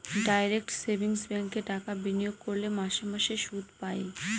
direct savings ব্যাঙ্কে টাকা বিনিয়োগ করলে মাসে মাসে সুদ পায়